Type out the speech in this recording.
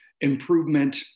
improvement